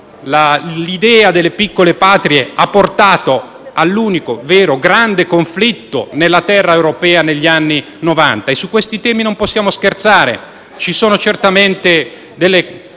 l'idea delle piccole patrie ha portato all'unico vero, grande conflitto nella terra europea negli anni Novanta. Su questi temi non possiamo scherzare; ci sono certamente da